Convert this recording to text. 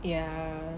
ya